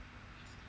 mm